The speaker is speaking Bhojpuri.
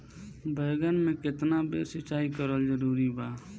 बैगन में केतना बेर सिचाई करल जरूरी बा?